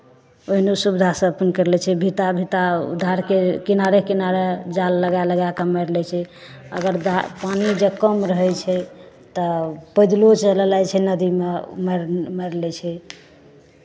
ओहिने सुविधासँ अपन करि लै छै भिता भिता ओ धारके किनारे किनारे जाल लगा लगा कऽ मारि लै छै अगर धार पानि जे कम रहै छै तऽ पैदलो चलि जाइ छै नदीमे मारि मारि लै छै